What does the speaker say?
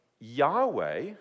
Yahweh